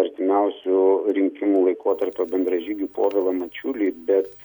artimiausių rinkimų laikotarpio bendražygį povilą mačiulį bet